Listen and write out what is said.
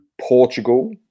Portugal